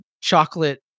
chocolate